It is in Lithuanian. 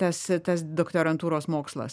tas tas doktorantūros mokslas